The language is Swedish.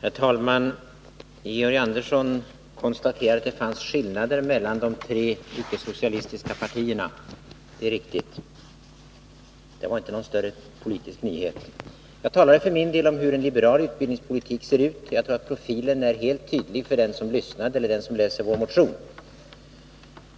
Herr talman! Georg Andersson konstaterade att det fanns skillnader mellan de tre icke-socialistiska partierna. Det är riktigt. Det var inte någon större politisk nyhet. Jag talade för min del om hur en liberal utbildningspolitik ser ut. Jag tror att profilen är helt tydlig för den som lyssnade eller för den som läser vår motion.